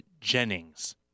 Jennings